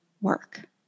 work